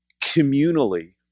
communally